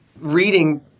reading